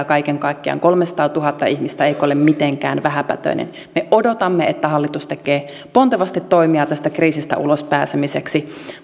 kaiken kaikkiaan kolmesataatuhatta ihmistä eikä ole mitenkään vähäpätöinen me odotamme että hallitus tekee pontevasti toimia tästä kriisistä ulos pääsemiseksi